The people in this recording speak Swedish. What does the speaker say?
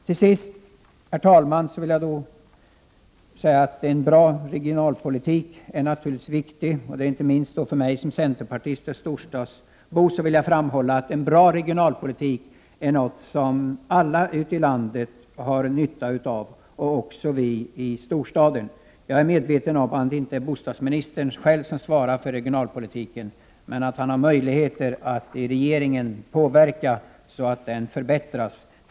Till sist, herr talman, vill jag säga att en bra regionalpolitik är viktig. Inte minst som centerpartist och storstadsbo vill jag framhålla att en bra regionalpolitik är någonting som alla i landet har nytta av, också vi i storstaden. Jag är medveten om att inte bostadsministern själv svarar för regionalpolitiken, men han har säkert möjligheter att påverka ställningstagandena inom regeringen så att den förbättras.